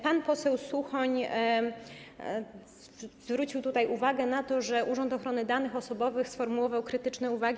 Pan poseł Suchoń zwrócił uwagę na to, że Urząd Ochrony Danych Osobowych sformułował krytyczne uwagi.